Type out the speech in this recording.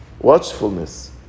watchfulness